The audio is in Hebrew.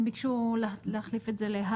משרד המשפטים ביקשו להחליף את זה ל"האלה".